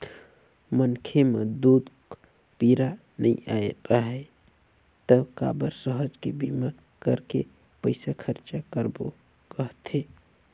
मनखे म दूख पीरा नइ आय राहय त काबर सहज के बीमा करके पइसा खरचा करबो कहथे